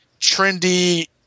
trendy –